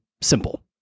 Simple